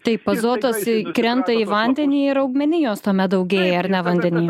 taip azotas ir krenta į vandenį ir augmenijos tuomet daugėja ar ne vandeny